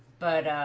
but